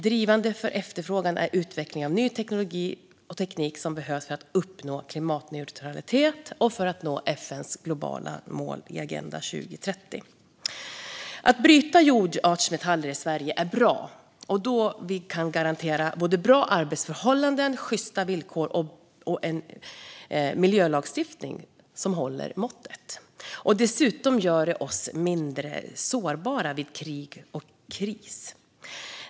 Drivande för efterfrågan är utveckling av ny teknik som behövs för att uppnå klimatneutralitet och för att nå FN:s globala mål i Agenda 2030. Att bryta jordartsmetaller i Sverige är bra då vi kan garantera såväl bra arbetsförhållanden som sjysta villkor och har en miljölagstiftning som håller måttet. Dessutom gör det oss mindre sårbara vid krig och kris.